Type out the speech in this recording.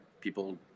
people